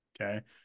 Okay